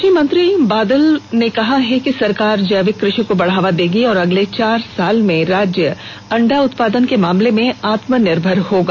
कृषि मंत्री बादल ने कहा है कि सरकार जैविक कृषि को बढ़ावा देगी और अगले चार साल में राज्य अंडा उत्पादन के मामले में आत्मनिर्भर हो जाएगा